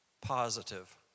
positive